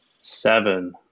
seven